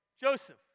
Joseph